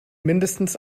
mindestens